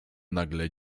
nagle